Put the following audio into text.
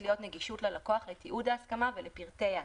להיות נגישות ללקוח לתיעוד ההסכמה ולפרטי ההסכמה.